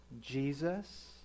Jesus